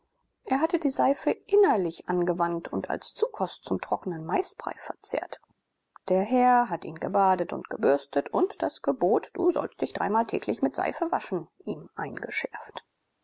er hatte die seife innerlich angewandt und als zukost zum trockenen maisbrei verzehrt der herr hat ihn gebadet und gebürstet und das gebot du sollst dich dreimal täglich mit seife waschen ihm eingeschärft